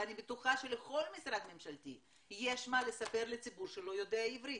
ואני בטוחה שלכל משרד ממשלתי יש מה לספר לציבור שלא יודע עברית.